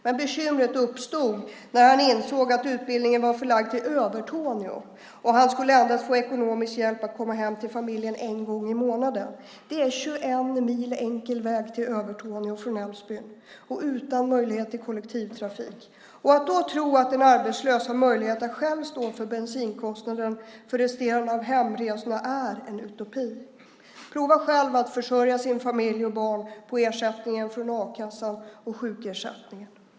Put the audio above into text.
Men bekymret uppstod när han insåg att utbildningen var förlagd till Övertorneå och han endast skulle få ekonomisk hjälp att komma hem till familjen en gång i månaden. Det är 21 mil enkel resa till Övertorneå från Älvsbyn, utan möjlighet till kollektivtrafik. Att tro att en arbetslös har möjlighet att själv stå för bensinkostnaden för resterande hemresor är en utopi. Prova själv att försörja din familj och dina barn på ersättningen från a-kassan och sjukersättningen!